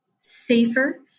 safer